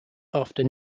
after